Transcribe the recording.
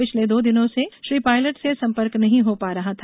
पिछले दो दिनों से श्री पायलट से संपर्क नहीं हो पा रहा था